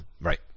right